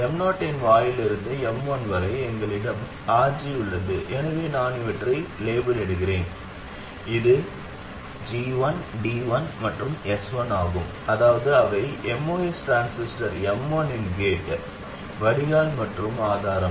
M0 இன் வாயிலிலிருந்து M1 வரை எங்களிடம் RG உள்ளது எனவே நான் இவற்றை லேபிளிடுகிறேன் இது G1 D1 மற்றும் S1 ஆகும் அதாவது அவை MOS டிரான்சிஸ்டர் M1 இன் கேட் வடிகால் மற்றும் ஆதாரம்